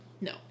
no